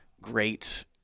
great